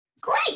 Great